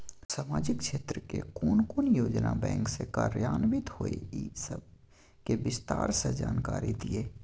सामाजिक क्षेत्र के कोन कोन योजना बैंक स कार्यान्वित होय इ सब के विस्तार स जानकारी दिय?